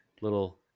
little